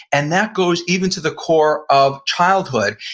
and that goes even to the core of childhood.